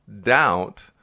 doubt